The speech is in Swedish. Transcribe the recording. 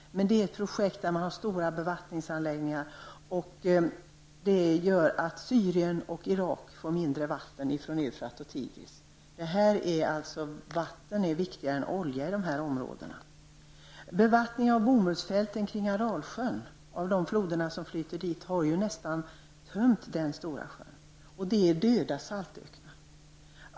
Men det är ett projekt där det finns stora bevattningsanläggningar, och det gör att Syrien och Irak får mindre mängder vatten från Eufrat och Tigris. Vatten är viktigare än olja i dessa områden. Bevattningen av bomullsfälten runt Aralsjön från de floder som flyter dit har nästan tömt den stora sjön. Det blir döda saltöknar.